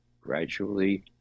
gradually